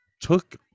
took